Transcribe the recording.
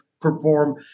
perform